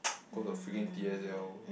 cause of freaking T_S_L